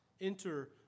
enter